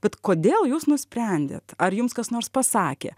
bet kodėl jūs nusprendėt ar jums kas nors pasakė